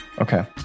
Okay